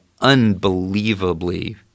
unbelievably